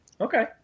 Okay